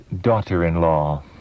daughter-in-law